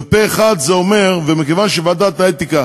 ופה-אחד זה אומר, מכיוון שוועדת האתיקה